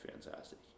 fantastic